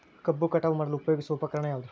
ಕಬ್ಬು ಕಟಾವು ಮಾಡಲು ಉಪಯೋಗಿಸುವ ಉಪಕರಣ ಯಾವುದು?